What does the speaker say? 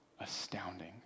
astounding